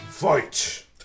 Fight